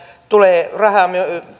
tulee rahaa